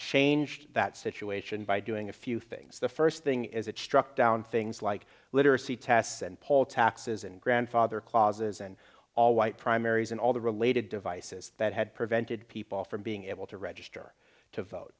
changed that situation by doing a few things the first thing is it struck down things like literacy tests and poll taxes and grandfather clauses and all white primaries and all the related devices that had prevented people from being able to register to vote